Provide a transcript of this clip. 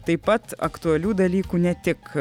taip pat aktualių dalykų ne tik